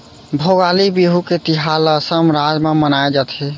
भोगाली बिहू के तिहार ल असम राज म मनाए जाथे